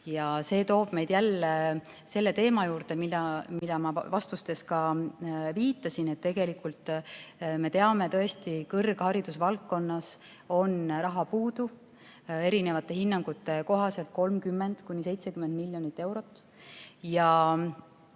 See toob meid jälle selle teema juurde, millele ma vastustes ka viitasin, et tegelikult me teame tõesti, et kõrghariduses on raha puudu, erinevate hinnangute kohaselt 30–70 miljonit eurot.